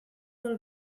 del